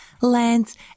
lands